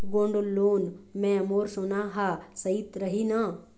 Gold loan मे मोर सोना हा सइत रही न?